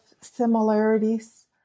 similarities